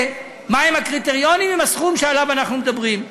מה הם הקריטריונים, עם הסכום שעליו אנחנו מדברים.